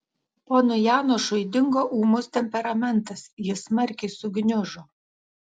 ponui janošui dingo ūmus temperamentas jis smarkiai sugniužo